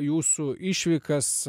jūsų išvykas